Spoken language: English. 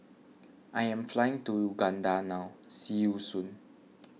I am flying to Uganda now see you soon